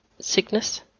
sickness